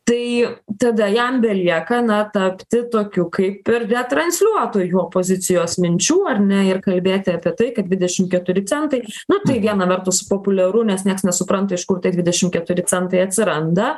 tai tada jam belieka na tapti tokiu kaip ir retransliuotoju opozicijos minčių ar ne ir kalbėti apie tai kad dvidešim keturi centai nu tai viena vertus populiaru nes nieks nesupranta iš kur tie dvidešim keturi centai atsiranda